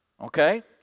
Okay